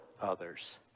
others